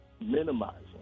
minimizing